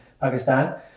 pakistan